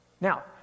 Now